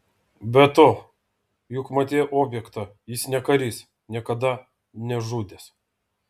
be to juk matei objektą jis ne karys niekada nežudęs